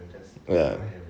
ya